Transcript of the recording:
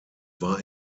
war